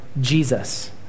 Jesus